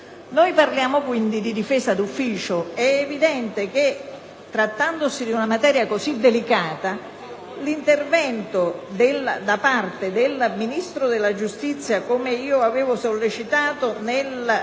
Noi parliamo quindi di difesa d'ufficio; è evidente che trattandosi di una materia così delicata, l'intervento da parte del Ministro della giustizia, sollecitato